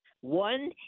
One